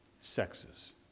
sexes